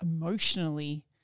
emotionally